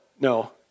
no